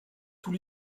tous